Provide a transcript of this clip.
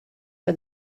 for